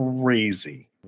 crazy